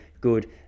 good